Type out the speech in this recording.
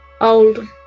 old